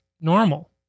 normal